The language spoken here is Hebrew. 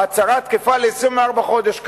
ההצהרה תקפה ל-24 חודש קדימה.